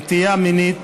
נטייה מינית